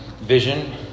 vision